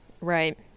Right